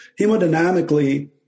hemodynamically